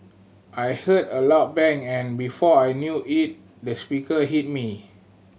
I heard a loud bang and before I knew it the speaker hit me